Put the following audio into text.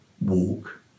walk